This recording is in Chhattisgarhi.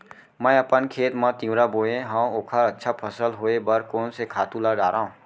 मैं अपन खेत मा तिंवरा बोये हव ओखर अच्छा फसल होये बर कोन से खातू ला डारव?